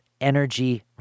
energy